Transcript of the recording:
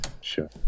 Sure